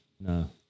No